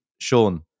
Sean